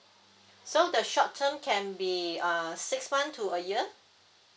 so the short term can be err six months to a year